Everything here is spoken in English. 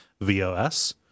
VOS